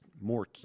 more